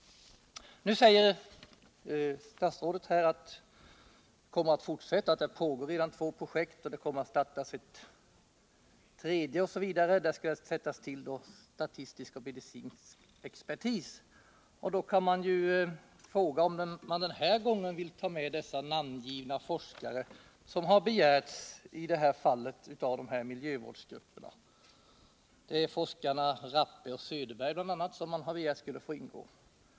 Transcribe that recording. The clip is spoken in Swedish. Nu säger statsrådet Troedsson att två projekt är i gång och att ett tredje kommer att startas, där man kommer att utnyttja statistisk och medicinsk expertis. Här finns det anledning att fråga om man denna gång är villig att tå med vissa namngivna forskare — det gäller bl.a. forskarna Rappe och Söderberg — vilket har begärts av nämnda miljövårdsgrupper.